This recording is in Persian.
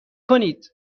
کنید